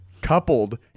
coupled